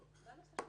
אין סוף,